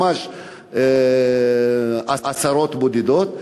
ממש עשרות בודדות,